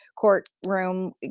courtroom